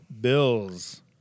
Bills